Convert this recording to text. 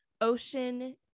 ocean